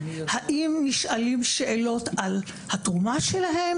האם נשאלות שאלות על התרומה שלה,